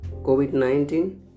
COVID-19